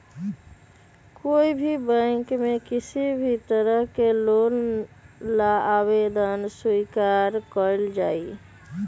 कोई भी बैंक में किसी भी तरह के लोन ला आवेदन स्वीकार्य कइल जाहई